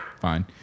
fine